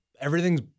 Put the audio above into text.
everything's